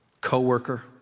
coworker